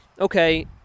okay